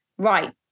Right